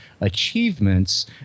achievements